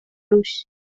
روش